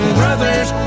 brothers